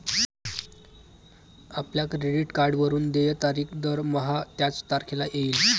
आपल्या क्रेडिट कार्डवरून देय तारीख दरमहा त्याच तारखेला येईल